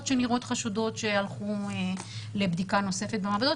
שנראות חשודות שנשלחו לבדיקה נוספת במעבדות.